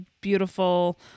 beautiful